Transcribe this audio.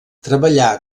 treballà